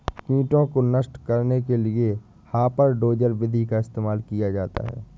कीटों को नष्ट करने के लिए हापर डोजर विधि का इस्तेमाल किया जाता है